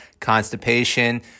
constipation